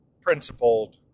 principled